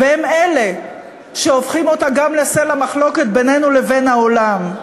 והם אלה שהופכים אותה גם לסלע מחלוקת בינינו לבין העולם.